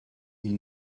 ils